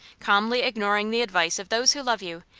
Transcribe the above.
calmly ignoring the advice of those who love you,